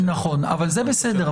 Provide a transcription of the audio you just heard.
נכון, אבל זה בסדר.